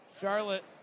Charlotte